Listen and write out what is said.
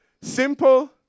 Simple